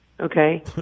Okay